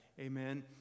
Amen